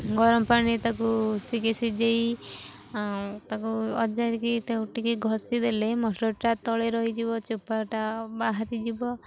ଗରମ ପାଣିରେ ତାକୁ ଟିକେ ସିଝେଇ ତାକୁ ଅଜାରିକି ତାକୁ ଟିକେ ଘଷିଦେଲେ ମଟରଟା ତଳେ ରହିଯିବ ଚୋପାଟା ବାହାରିଯିବ